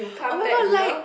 oh my god like